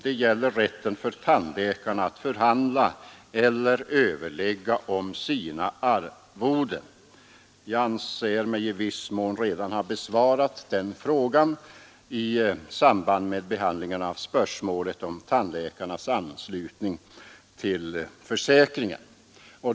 Det —————- gäller rätten för tandläkarna att förhandla eller överlägga om sina Allmän tandvårdsarvoden. Jag anser mig i viss mån redan ha besvarat den frågan i samband försäkring, m.m. med behandlingen av spörsmålet om tandläkarnas anslutning till försäkringen.